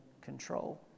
control